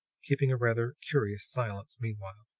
keeping a rather curious silence meanwhile.